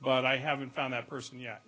but i haven't found that person ye